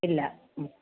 ഇല്ല ഉം